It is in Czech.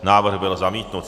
Návrh byl zamítnut.